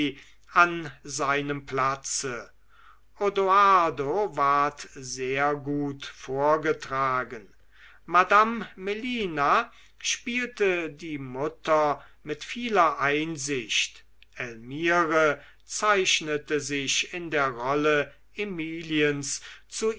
an seinem platze odoardo ward sehr gut vorgetragen madame melina spielte die mutter mit vieler einsicht elmire zeichnete sich in der rolle emiliens zu